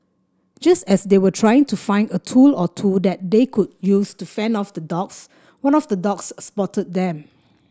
just as they were trying to find a tool or two that they could use to fend off the dogs one of the dogs spotted them